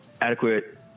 adequate